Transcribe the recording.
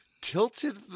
tilted